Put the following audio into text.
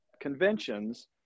conventions